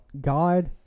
God